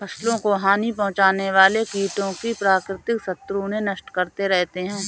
फसलों को हानि पहुँचाने वाले कीटों के प्राकृतिक शत्रु उन्हें नष्ट करते रहते हैं